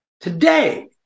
today